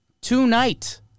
tonight